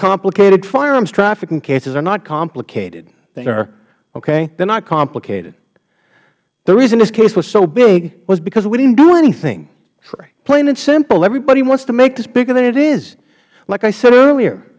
complicated firearmstrafficking cases are not complicated sir okay they're not complicated the reason this case was so big was because we didn't do anything plain and simple everybody wants to make this bigger than it is like i said earlier